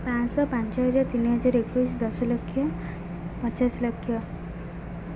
ପାଁଶହ ପାଞ୍ଚହଜାର ତିନିହଜାର ଏକୋଇଶ ଦଶ ଲକ୍ଷ ପଚାଶ ଲକ୍ଷ